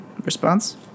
response